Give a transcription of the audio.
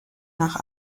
nach